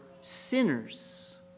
sinners